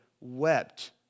wept